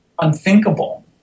unthinkable